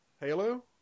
Halo